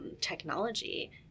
technology